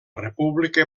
república